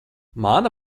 mana